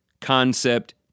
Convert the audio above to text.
concept